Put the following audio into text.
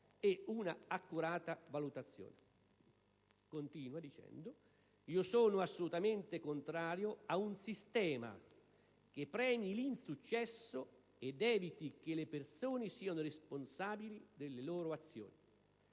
e una accurata valutazione (...). Io sono assolutamente contrario a un sistema che premi l'insuccesso ed eviti che le persone siano responsabili delle loro azioni.